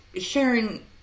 Sharon